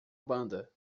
banda